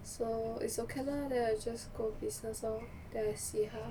so it's okay lah then I just go business lor then I see how